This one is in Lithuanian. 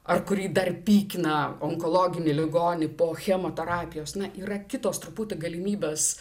ar kurį dar pykina onkologinį ligonį po chemoterapijos na yra kitos truputį galimybės